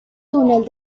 túnel